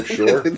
sure